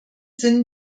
sinn